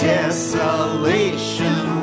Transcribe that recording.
Desolation